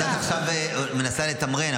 אז את עכשיו מנסה לתמרן,